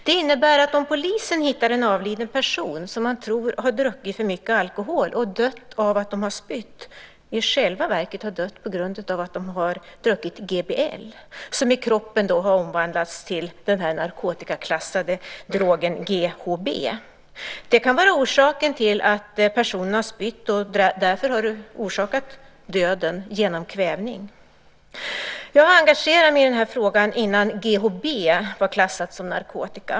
Det innebär att om polisen hittar en avliden person som de tror har druckit för mycket alkohol och dött av att han eller hon har spytt i själva verket kan ha dött på grund av att han eller hon har druckit GBL, som i kroppen har omvandlats till den narkotikaklassade drogen GHB. Det kan vara orsaken till att personen har spytt och därmed orsakat döden genom kvävning. Jag engagerade mig i den här frågan innan GHB var klassat som narkotika.